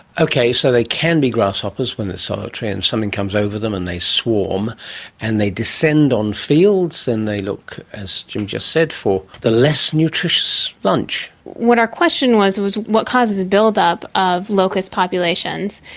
okay, so they can be grasshoppers when they are solitary and something comes over them and they swarm and they descend on fields and they look, as jim just said, for the less nutritious lunch. what our question was was what causes build-up of locust populations,